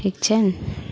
ठीक छनि